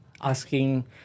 asking